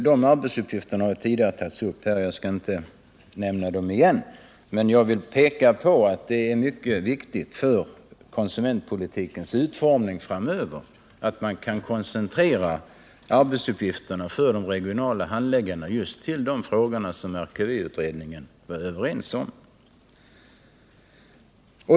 De arbetsuppgifterna har tidigare tagits upp här, varför jag inte skall nämna dem igen, men jag vill peka på att det är mycket viktigt för konsumentpolitikens utformning framöver att man kan koncentrera arbetsuppgifterna för de regionala handläggarna till just de frågor som man i RKV-utredningen är överens om.